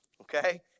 okay